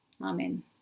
Amen